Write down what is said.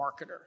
marketer